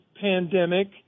pandemic